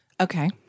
Okay